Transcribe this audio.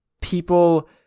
people